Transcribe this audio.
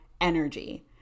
energy